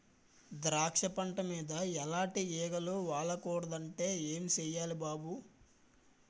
ద్రాక్ష పంట మీద ఎలాటి ఈగలు వాలకూడదంటే ఏం సెయ్యాలి బాబూ?